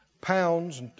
pounds